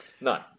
No